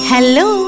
Hello